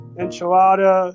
enchilada